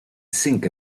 sink